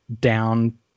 down